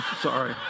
Sorry